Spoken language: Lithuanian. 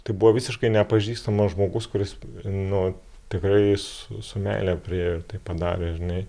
tai buvo visiškai nepažįstamas žmogus kuris nu tikrai su su meile priėjo ir tai padarė žinai